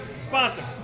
Sponsor